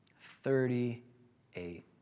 Thirty-eight